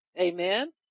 Amen